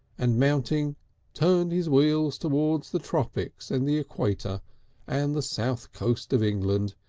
and mounting turned his wheel towards the tropics and the equator and the south coast of england,